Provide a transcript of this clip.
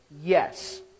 Yes